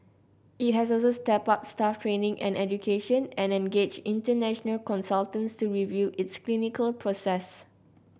it has also stepped up staff training and education and engaged international consultants to review its clinical process